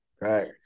right